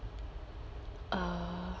uh